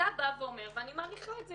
אתה בא ואומר ואני מעריכה את זה,